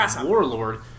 warlord